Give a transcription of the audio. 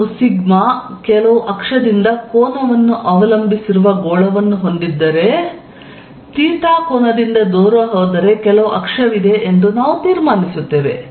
ನೀವು ಸಿಗ್ಮಾ ಕೆಲವು ಅಕ್ಷದಿಂದ ಕೋನವನ್ನು ಅವಲಂಬಿಸಿರುವ ಗೋಳವನ್ನು ಹೊಂದಿದ್ದರೆ ಥೀಟಾ ಕೋನದಿಂದ ದೂರ ಹೋದರೆ ಕೆಲವು ಅಕ್ಷವಿದೆ ಎಂದು ನಾವು ತೀರ್ಮಾನಿಸುತ್ತೇವೆ